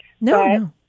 No